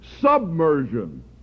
submersion